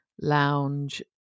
lounge